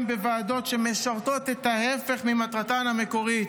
בוועדות שמשרתות את ההפך ממטרתן המקורית.